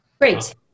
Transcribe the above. Great